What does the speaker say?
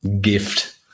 gift